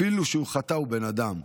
אפילו אם חטא, הוא בן אדם.